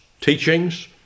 teachings